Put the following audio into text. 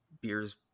beers